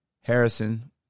Harrison